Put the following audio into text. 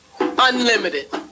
Unlimited